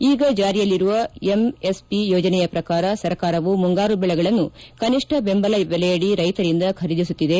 ಈಗ ಜಾರಿಯಲ್ಲಿರುವ ಎಂಎಸ್ಪಿ ಯೋಜನೆಯ ಪ್ರಕಾರ ಸರ್ಕಾರವು ಮುಂಗಾರು ಬೆಳೆಗಳನ್ನು ಕನಿಷ್ಟ ಬೆಂಬಲ ಬೆಲೆಯಡಿ ರೈತರಿಂದ ಖರೀದಿಸುತ್ತಿದೆ